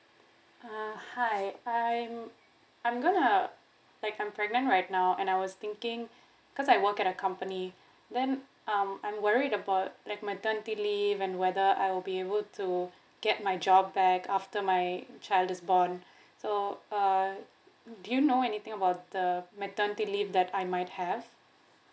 uh hi I'm I'm gonna like I'm pregnant right now and I was thinking cause I work at a company then um I'm worried about like maternity leave and whether I will be able to get my job back after my child is born so uh do you know anything about the maternity leave that I might have